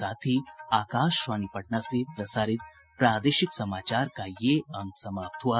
इसके साथ ही आकाशवाणी पटना से प्रसारित प्रादेशिक समाचार का ये अंक समाप्त हुआ